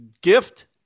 Gift